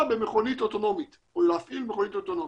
במכונית אוטונומית או להפעיל מכונית אוטונומית.